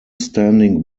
standing